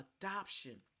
adoption